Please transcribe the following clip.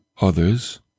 others